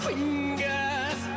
Fingers